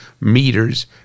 meters